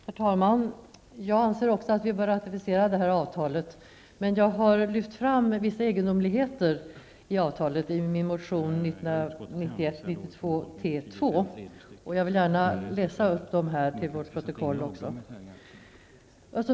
Herr talman! Också jag anser att vi bör ratificera detta avtal, men jag har i min motion 1991/92:T2 lyft fram vissa egendomligheter i avtalet. Jag vill gärna få dem antecknade till protokollet.